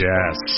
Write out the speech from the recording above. Yes